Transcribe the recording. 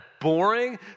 boring